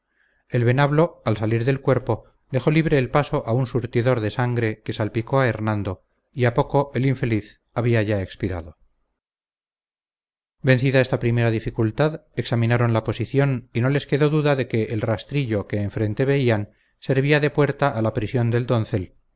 el venablo al salir del cuerpo dejó libre el paso a un surtidor de sangre que salpicó a hernando y a poco el infeliz había ya expirado vencida esta primera dificultad examinaron la posición y no les quedó duda de que el rastrillo que enfrente veían servía de puerta a la prisión del doncel